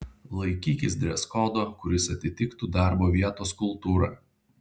laikykis dreskodo kuris atitiktų darbo vietos kultūrą